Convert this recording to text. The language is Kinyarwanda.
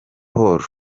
paul